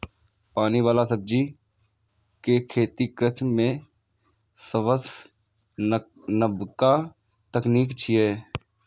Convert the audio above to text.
पानि बला सब्जी के खेती कृषि मे सबसं नबका तकनीक छियै